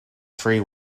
free